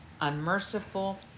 unmerciful